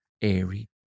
airy